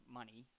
money